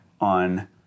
on